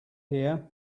here